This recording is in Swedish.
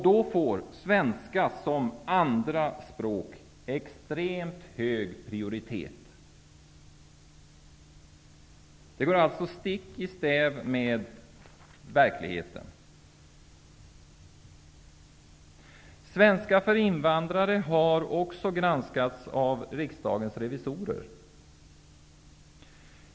Då får svenska som andra språk extremt hög prioritet. Det går stick i stäv med verkligheten. Svenska för invandrare har också granskats av riksdagens revisorer.